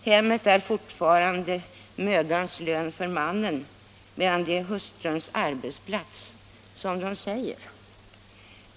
”Hemmet är fortfarande mödans lön för mannen, medan det är hustruns arbetsplats”, som de säger.